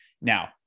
Now